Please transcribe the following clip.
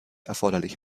erforderlich